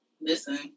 listen